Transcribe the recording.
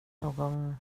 någon